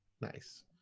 Nice